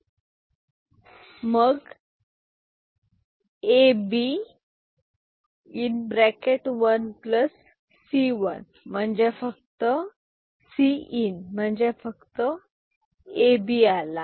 A ⊕ B आपण equation मधून Cin AB बाहेर घेतला मग AB कॉमन घेतला म्हणजेच AB1Cin म्हणजे फक्त AB आला